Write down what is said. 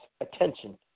attention